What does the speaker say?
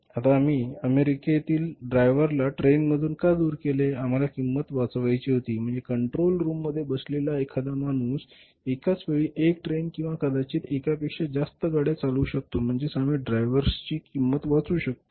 आता आम्ही अमेरिकेतील ड्रायव्हरला ट्रेनमधून का दूर केले आम्हाला किंमत वाचवायची होती म्हणजे कंट्रोल रूममध्ये बसलेला एखादा माणूस एकाच वेळी एक ट्रेन किंवा कदाचित एकापेक्षा जास्त गाड्या चालवू शकतो म्हणजेच आम्ही ड्रायव्हर्सची किंमत वाचवु शकतो